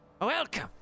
Welcome